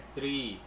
Three